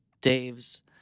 Dave's